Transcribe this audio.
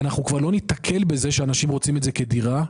אנחנו כבר לא ניתקל בכך שאנשים רוצים את זה כדירה,